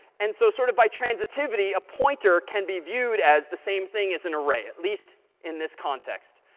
and so sort of by transitivity, a pointer can be viewed as the same thing as an array, at least in this context.